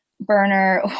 burner